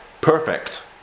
perfect